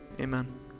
amen